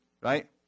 Right